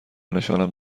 نشانم